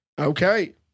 Okay